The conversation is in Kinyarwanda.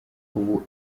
ubu